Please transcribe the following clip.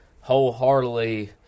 wholeheartedly